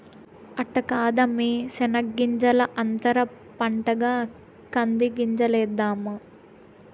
అట్ట కాదమ్మీ శెనగ్గింజల అంతర పంటగా కంది గింజలేద్దాము